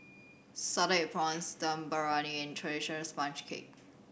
salted egg prawns Dum Briyani and traditional sponge cake